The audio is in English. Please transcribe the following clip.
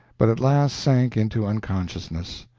but at last sank into unconsciousness.